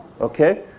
Okay